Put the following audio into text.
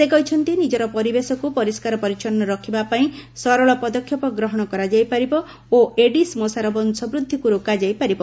ସେ କହିଛନ୍ତି ନିଜର ପରିବେଶକୁ ପରିଷ୍କାର ପରିଚ୍ଛନ୍ନ ରଖିବା ପାଇଁ ସରଳ ପଦକ୍ଷେପ ଗ୍ରହଣ କରାଯାଇ ପାରିବ ଓ ଏଡିସ୍ ମଶାର ବଂଶବୃଦ୍ଧିକୁ ରୋକାଯାଇ ପାରିବ